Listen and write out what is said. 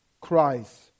Christ